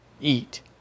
eat